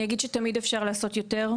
אני אגיד שתמיד אפשר לעשות יותר,